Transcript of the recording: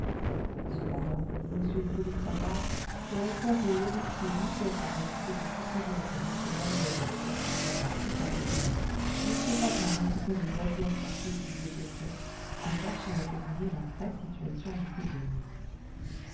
cependant m hippolyte patard dont le cerveau horrifié luttait pour repousser des conclusions que m lalouette avait acceptées sans plus tarder m patard occupait le loisir forcé qui lui était fait à tâcher à débrouiller la vraie situation du prisonnier